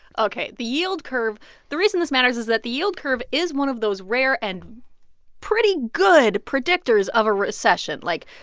ok. the yield curve the reason this matters is that the yield curve is one of those rare and pretty good predictors of a recession. like,